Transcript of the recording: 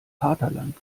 vaterland